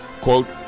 quote